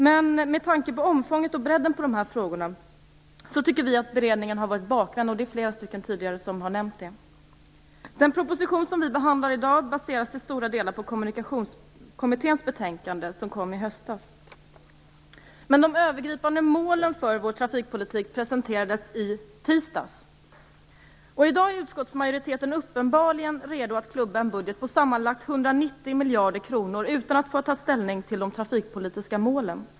Men med tanke på omfånget och bredden på de här frågorna tycker vi att beredningen varit bakvänd, vilket flera har nämnt tidigare. Den proposition som vi behandlar i dag baseras till stora delar på Kommunikationskommitténs betänkande som kom i höstas. Men de övergripande målen för vår trafikpolitik presenterades i tisdags! I dag är utskottsmajoriteten uppenbarligen redo att klubba igenom en budget på sammanlagt 190 miljarder kronor utan att ha fått ta ställning till de trafikpolitiska målen.